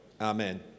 Amen